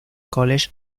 college